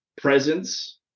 presence